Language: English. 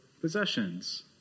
possessions